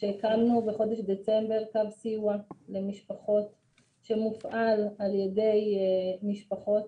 שהקמנו בחודש דצמבר קו סיוע למשפחות שמופעל על ידי משפחות.